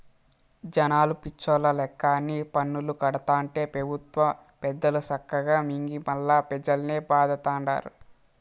జనాలు పిచ్చోల్ల లెక్క అన్ని పన్నులూ కడతాంటే పెబుత్వ పెద్దలు సక్కగా మింగి మల్లా పెజల్నే బాధతండారు